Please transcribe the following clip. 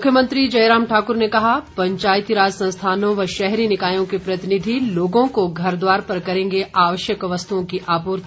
मुख्यमंत्री जयराम ठाकुर ने कहा पंचायती राज संस्थानों व शहरी निकायों के प्रतिनिधि लोगों को घरद्वार पर करेंगे आवश्यक वस्तुओं की आपूर्ति